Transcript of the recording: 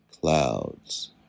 clouds